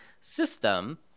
system